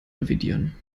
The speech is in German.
revidieren